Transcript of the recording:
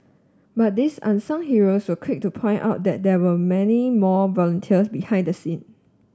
but these unsung heroes were quick to point out that there were many more volunteer behind the scene